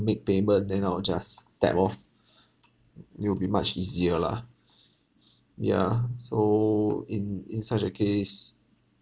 make payment then I will just tap orh it will be much easier lah yeah so in in such a case